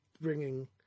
bringing